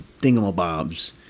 thingamabobs